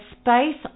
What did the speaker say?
space